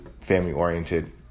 family-oriented